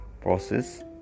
process